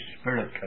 Spirit